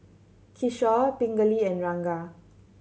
Kishore Pingali and Ranga